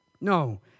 No